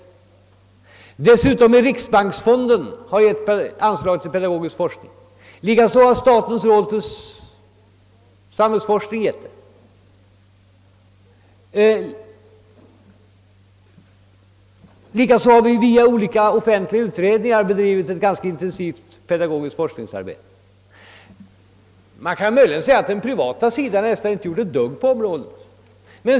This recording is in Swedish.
Likaså har medel ur riksbanksfonden gått till statens råd för samhällsforskning, och olika offentliga utredningar har bedrivit ett ganska intensivt arbete på denna forskning. På den privata sidan däremot har man praktiskt taget inte gjort någonting alls i det fallet.